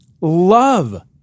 love